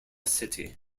city